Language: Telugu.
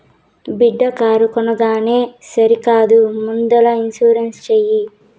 బిడ్డా కారు కొనంగానే సరికాదు ముందల ఇన్సూరెన్స్ చేయి